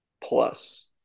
plus